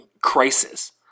crisis